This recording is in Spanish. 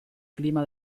clima